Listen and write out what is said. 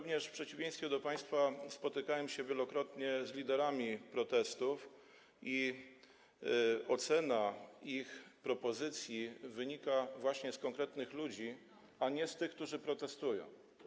W przeciwieństwie do państwa spotykałem się wielokrotnie z liderami protestów i ocena ich propozycji dotyczy konkretnych ludzi, a nie tych, którzy protestują.